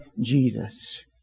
Jesus